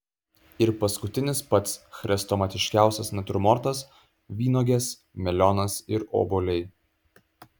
ir paskutinis pats chrestomatiškiausias natiurmortas vynuogės melionas ir obuoliai